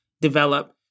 develop